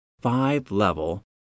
five-level